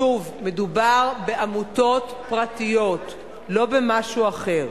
שוב, מדובר בעמותות פרטיות לא במשהו אחר.